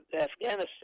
Afghanistan